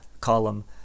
column